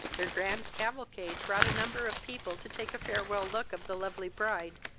their grand cavalcade brought a number of people to take a farewell look of the lovely bride,